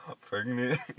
pregnant